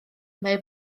mae